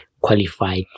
qualified